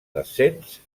descens